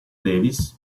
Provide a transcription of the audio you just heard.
davis